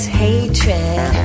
hatred